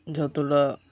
যতটা